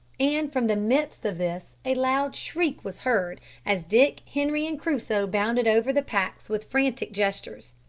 and from the midst of this a loud shriek was heard, as dick, henri, and crusoe bounded over the packs with frantic gestures.